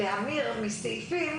להמיר מסעיפים